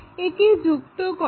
একে যুক্ত করো